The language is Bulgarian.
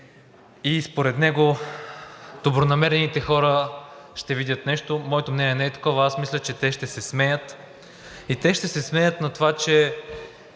и според него добронамерените хора ще видят нещо. Моето мнение не е такова и аз мисля, че те ще се смеят и те ще се смеят на това, че